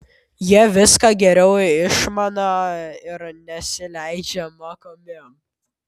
jie viską geriau išmaną ir nesileidžią mokomi